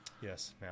yes